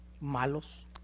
Malos